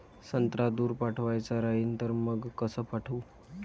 संत्रा दूर पाठवायचा राहिन तर मंग कस पाठवू?